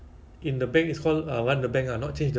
some more actually the issue is because it's global so